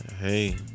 Hey